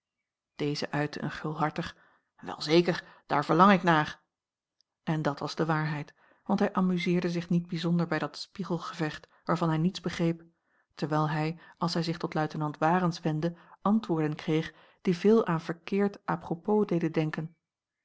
deze uitte een gulhartig wel zeker daar verlang ik naar en dat was de waarheid want hij amuseerde zich niet bijzonder bij dat spiegelgevecht waarvan hij niets begreep terwijl hij als hij zich tot luitenant warens wendde antwoorden kreeg die veel aan verkeerd à propos deden denken